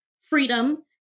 freedom